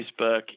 facebook